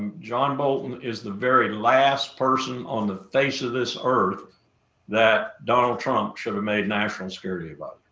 john bolton is the very last person on the face of this earth that donald trump should have made national security but